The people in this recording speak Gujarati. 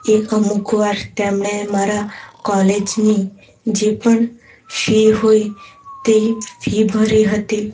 એ અમુક વાર તેમણે મારા કોલેજની જે પણ ફી હોય તે ફી ભરી હતી